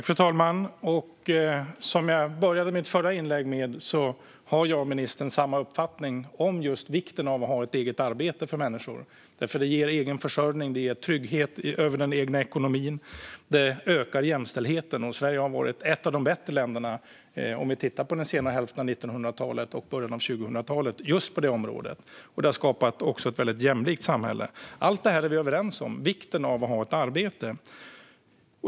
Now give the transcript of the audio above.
Fru talman! Som jag började mitt förra inlägg med att säga har jag och ministern samma uppfattning om just vikten av att människor har ett eget arbete. Det ger nämligen egen försörjning, det ger trygghet i den egna ekonomin och det ökar jämställdheten. Sverige har under den senare hälften av 1900-talet och början av 2000-talet varit ett av de bättre länderna på just det området, och det har skapat ett väldigt jämlikt samhälle. Allt detta är vi överens om - vikten av att ha ett arbete.